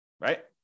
right